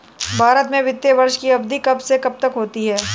भारत में वित्तीय वर्ष की अवधि कब से कब तक होती है?